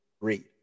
read